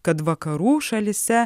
kad vakarų šalyse